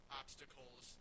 obstacles